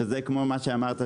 שזה כמו שאמרת,